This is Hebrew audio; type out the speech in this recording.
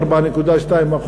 4.2%,